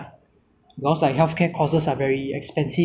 rely on subsidies to to be able to pay their medical bills